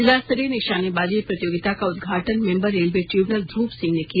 जिला स्तरीय निशानेबाजी प्रतियोगिता का उद्घाटन member railway tribunal Dhruv Singh ने किया